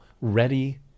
ready